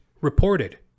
reported